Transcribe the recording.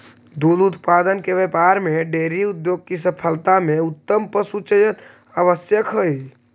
दुग्ध उत्पादन के व्यापार में डेयरी उद्योग की सफलता में उत्तम पशुचयन आवश्यक हई